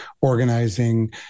organizing